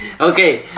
Okay